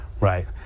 right